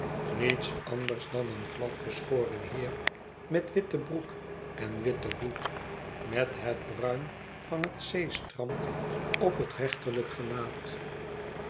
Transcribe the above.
niets anders dan een gladgeschoren heer met witte broek en witten hoed met het bruin van het zeestrand op het rechterlijk gelaat